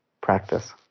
practice